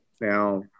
Now